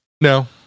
No